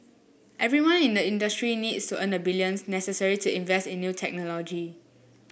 everyone in the industry needs to earn the billions necessary to invest in new technology